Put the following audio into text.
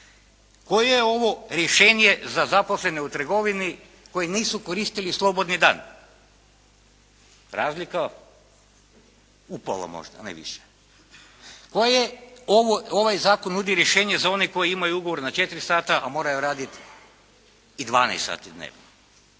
Koje je ovo rješenje za zaposlene u trgovini koji nisu koristili slobodni dan? Razlika u pola možda, ne više. Koje ovaj zakon nudi rješenje za one koji imaju ugovor na četiri sata, a moraju raditi i 12 sati dnevno?